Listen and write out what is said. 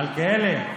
מלכיאלי,